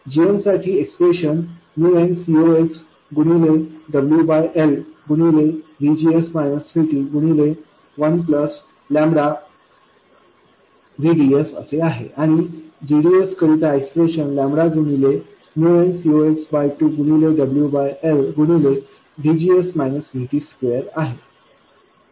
gmसाठी एक्सप्रेशनnCoxगुणिले WL गुणिले VGS VT गुणिले 1VDS असे आहे आणि gdsकरिता एक्सप्रेशन गुणिले nCox2 गुणिले WL गुणिलेVGS VT2 आहे